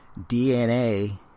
DNA